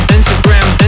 Instagram